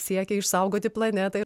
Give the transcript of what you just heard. siekia išsaugoti planetą